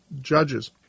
judges